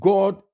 God